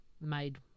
made